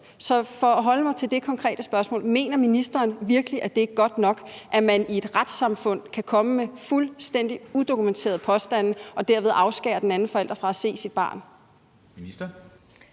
Så for at holde mig til det konkrete spørgsmål: Mener ministeren virkelig, at det er godt nok, at man i et retssamfund kan komme med fuldstændig udokumenterede påstande og derved afskære den anden forælder fra at se sit barn?